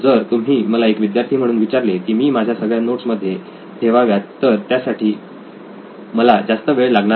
जर तुम्ही मला एक विद्यार्थी म्हणून विचारले की मी माझ्या सगळ्या नोट्स यामध्ये ठेवाव्यात तर त्यासाठी मला जास्त वेळ लागणार नाही